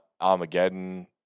Armageddon